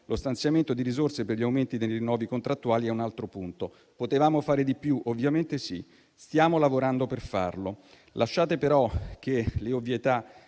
Lo stanziamento di risorse per gli aumenti dei rinnovi contrattuali è un altro punto. Potevamo fare di più? Ovviamente sì, stiamo lavorando per farlo. Lasciate però tali ovvietà